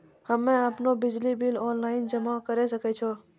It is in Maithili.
हम्मे आपनौ बिजली बिल ऑनलाइन जमा करै सकै छौ?